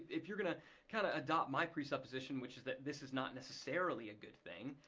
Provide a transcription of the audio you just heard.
if you're gonna kind of adopt my presupposition which is that this is not necessarily a good thing,